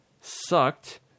sucked